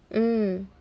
mm